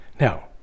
Now